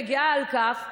ואני גאה על כך.